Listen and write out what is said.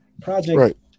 project